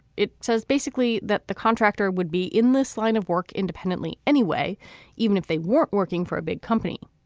it says basically that the contractor would be in this line of work independently anyway even if they weren't working for a big company.